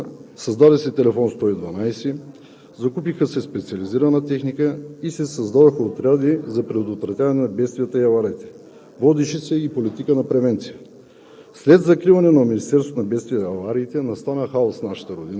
През този период се случиха много позитивни неща в нашата родина – създаде се телефон 112, закупи се специализирана техника и се създадоха отряди за предотвратяване на бедствията и авариите. Водеше се и политика на превенция.